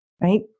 right